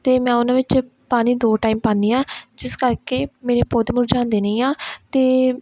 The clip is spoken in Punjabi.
ਅਤੇ ਮੈਂ ਉਹਨਾਂ ਵਿੱਚ ਪਾਣੀ ਦੋ ਟਾਈਮ ਪਾਉਂਦੀ ਆ ਜਿਸ ਕਰਕੇ ਮੇਰੇ ਪੌਦੇ ਮੁਰਝਾਉਂਦੇ ਨਹੀਂ ਆ ਅਤੇ